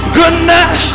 goodness